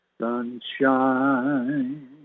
Sunshine